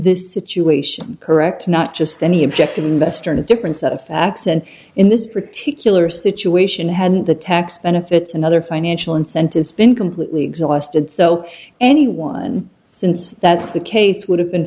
this situation correct not just any object investor in a different set of facts and in this particular situation had the tax benefits and other financial incentives been completely exhausted so anyone since that's the case would have been